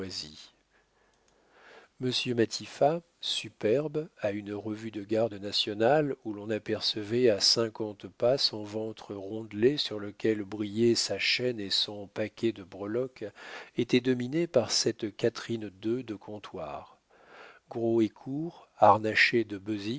si superbe à une revue de garde nationale où l'on apercevait à cinquante pas son ventre rondelet sur lequel brillaient sa chaîne et son paquet de breloques était dominé par cette catherine ii de comptoir gros et court harnaché de